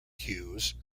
cues